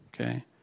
Okay